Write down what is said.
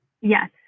Yes